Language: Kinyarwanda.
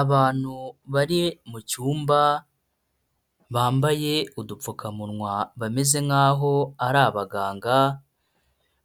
Abantu bari mucyumba bambaye udupfukamunwa bameze nk'aho ari abaganga